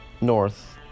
north